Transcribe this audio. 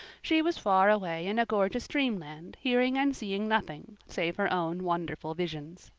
she was far away in a gorgeous dreamland hearing and seeing nothing save her own wonderful visions.